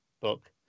book